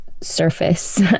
surface